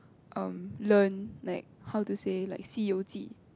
um learn like how to say like 西游记: xi you ji